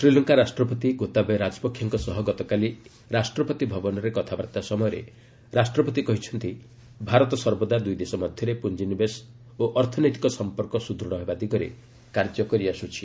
ଶ୍ରୀଲଙ୍କା ରାଷ୍ଟ୍ରପତି ଗୋତାବୟେ ରାଜପକ୍ଷେଙ୍କ ସହ ଗତକାଲି ରାଷ୍ଟ୍ରପତି ଭବନରେ କଥାବାର୍ତ୍ତା ସମୟରେ ରାଷ୍ଟ୍ରପତି କହିଚ୍ଚନ୍ତି ଭାରତ ସର୍ବଦା ଦୁଇଦେଶ ମଧ୍ୟରେ ପୁଞ୍ଜିନିବେଶ ଓ ଅର୍ଥନୈତିକ ସଂପର୍କ ସୁଦୃଢ଼ ହେବା ଦିଗରେ କାର୍ଯ୍ୟ କରିଆସ୍କୁଛି